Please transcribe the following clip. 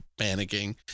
panicking